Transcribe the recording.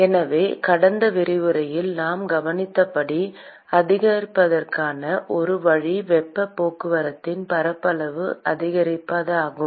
எனவே கடந்த விரிவுரையில் நாம் கவனித்தபடி அதிகரிப்பதற்கான ஒரு வழி வெப்பப் போக்குவரத்தின் பரப்பளவை அதிகரிப்பதாகும்